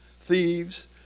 thieves